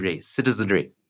Citizenry